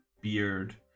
beard